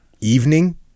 evening